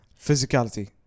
physicality